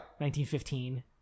1915